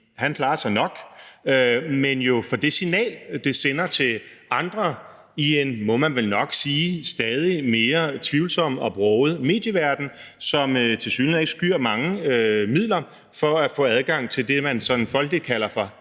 han klarer sig nok, men jo med hensyn til det signal, der sendes til andre i en, må man vel nok sige, stadig mere tvivlsom og broget medieverden, som tilsyneladende ikke skyr mange midler for at få adgang til det, man sådan folkeligt kalder for